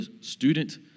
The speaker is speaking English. student